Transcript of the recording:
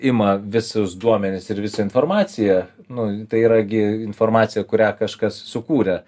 ima visus duomenis ir visą informaciją nu tai yra gi informacija kurią kažkas sukūrė